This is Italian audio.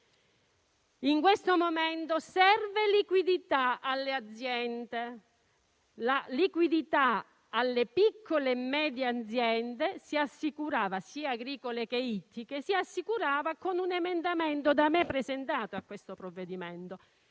In questo momento serve liquidità alle aziende. La liquidità alle piccole e medie aziende, sia agricole che ittiche, si sarebbe potuta assicurare con un emendamento da me presentato a questo provvedimento;